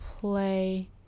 play